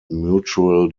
mutual